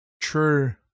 True